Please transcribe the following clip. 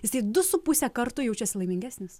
jisai du su puse karto jaučiasi laimingesnis